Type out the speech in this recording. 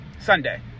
Sunday